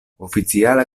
oficiala